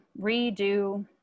redo